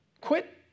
Quit